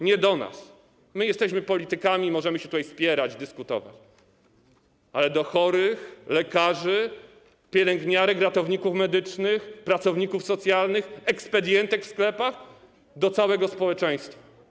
Nie do nas, bo my jesteśmy politykami, możemy się tutaj spierać, dyskutować, ale do chorych, lekarzy, pielęgniarek, ratowników medycznych, pracowników socjalnych, ekspedientek w sklepach, do całego społeczeństwa.